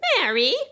Mary